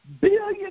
billion